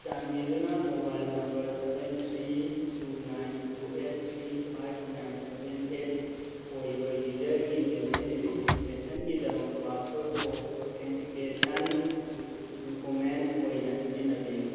ꯆꯥꯟꯕꯤꯗꯨꯅ mobile number seven three two nine two eight three five nine seven eight ꯑꯣꯏꯕ ꯌꯨꯖꯔꯒꯤ ꯕꯦꯁꯤꯟ ꯔꯦꯖꯤꯁꯇ꯭ꯔꯦꯁꯟꯒꯤꯗꯃꯛ ꯄꯥꯁꯄꯣꯔꯠꯄꯨ ꯑꯣꯊꯦꯟꯇꯤꯀꯦꯁꯟ ꯗꯨꯀꯨꯃꯦꯟ ꯑꯣꯏꯅ ꯁꯤꯖꯤꯟꯅꯕꯤꯌꯨ